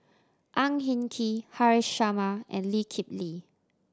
Ang Hin Kee Haresh Sharma and Lee Kip Lee